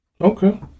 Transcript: Okay